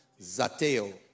zateo